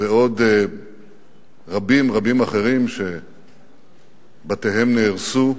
ועוד רבים רבים אחרים שבתיהם נהרסו,